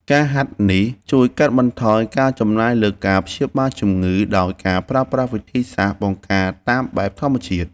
ការហាត់នេះជួយកាត់បន្ថយការចំណាយលើការព្យាបាលជំងឺ ដោយការប្រើប្រាស់វិធីសាស្ត្របង្ការតាមបែបធម្មជាតិ។